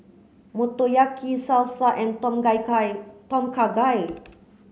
Motoyaki Salsa and Tom Gai Kha Tom Kha Gai